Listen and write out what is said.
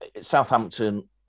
Southampton